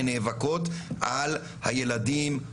הן נאבקות על הילדים,